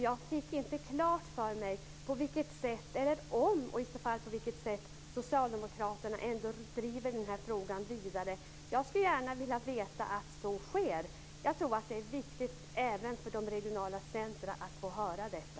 Jag fick inte klart för mig om, och i så fall på vilket sätt, Socialdemokraterna driver frågan vidare. Jag skulle gärna vilja veta att så sker. Jag tror att det är viktigt även för de regionala centrumen att få höra detta.